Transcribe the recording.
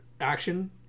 action